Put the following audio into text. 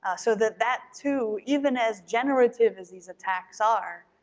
ah so that that too, even as generative as these attacks are,